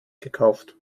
gekauft